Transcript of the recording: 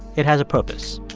it has a purpose